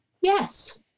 Yes